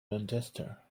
manchester